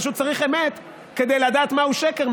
פשוט צריך אמת כדי לדעת מהו שקר,